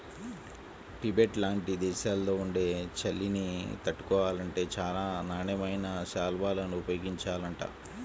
Tibet లాంటి దేశాల్లో ఉండే చలిని తట్టుకోవాలంటే చానా నాణ్యమైన శాల్వాలను ఉపయోగించాలంట